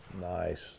Nice